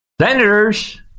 senators